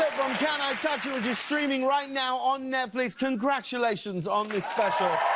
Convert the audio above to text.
from can i touch it, which is streaming right now on netflix. congratulations on this special.